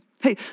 Hey